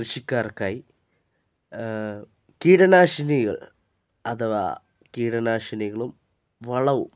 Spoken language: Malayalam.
കൃഷിക്കാർക്കായി കീടനാശിനികൾ അഥവാ കീടനാശിനികളും വളവും